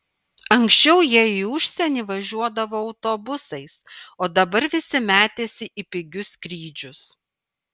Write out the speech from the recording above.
anksčiau jie į užsienį važiuodavo autobusais o dabar visi metėsi į pigius skrydžius